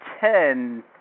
ten